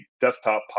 desktop